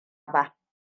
ba